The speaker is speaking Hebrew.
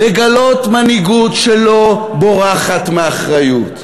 לגלות מנהיגות שלא בורחת מאחריות,